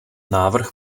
návrh